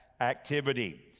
activity